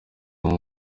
ubu